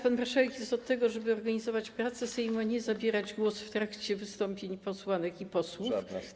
Pan marszałek jest od tego, żeby organizować pracę Sejmu, a nie zabierać głos w trakcie wystąpień posłanek i posłów.